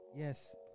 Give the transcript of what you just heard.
Yes